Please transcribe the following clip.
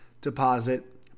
deposit